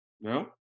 No